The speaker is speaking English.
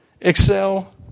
Excel